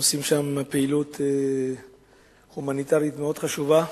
הם עושים פעילות הומניטרית מאוד חשובה.